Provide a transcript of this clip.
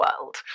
world